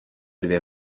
dvě